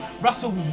Russell